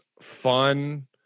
fun